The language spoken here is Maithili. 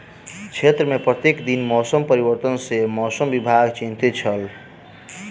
क्षेत्र में प्रत्येक दिन मौसम परिवर्तन सॅ मौसम विभाग चिंतित छल